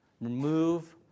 remove